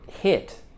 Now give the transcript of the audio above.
hit